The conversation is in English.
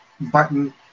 button